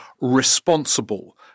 responsible